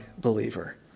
believer